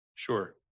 Sure